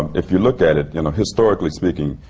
if you look at it, you know, historically speaking,